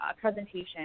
presentation